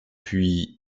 puis